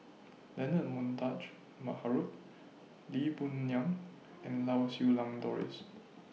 Leonard Montague Harrod Lee Boon Ngan and Lau Siew Lang Doris